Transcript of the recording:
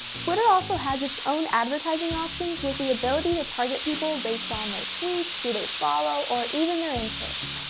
twitter also has its own advertising options with the ability to target people based on their tweets, who they follow, or even their interests.